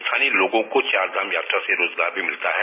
स्थानीय लोगों को चारधाम यात्रा से रोजगार भी मिलता है